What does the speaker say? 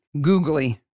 Googly